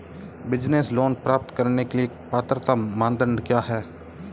Business loan प्राप्त करने के लिए पात्रता मानदंड क्या हैं?